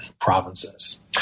provinces